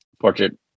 portrait